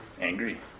Angry